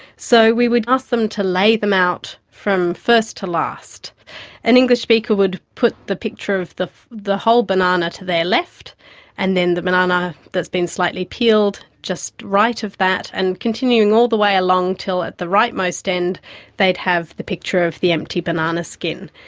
so we would ask them to lay them out from first to last an english speaker would put the picture of the the whole banana to their left and then the banana that's been slightly peeled just right of that and then continuing all the way along until at the right most end they'd have the picture of the empty banana skin.